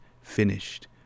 finished